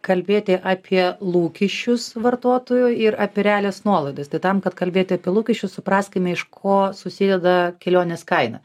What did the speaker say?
kalbėti apie lūkesčius vartotojų ir apie realias nuolaidas tai tam kad kalbėti apie lūkesčius supraskime iš ko susideda kelionės kaina